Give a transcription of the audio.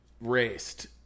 raced